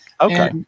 okay